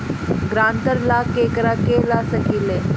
ग्रांतर ला केकरा के ला सकी ले?